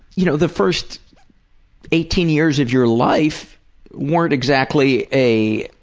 you know the first eighteen years of your life weren't exactly a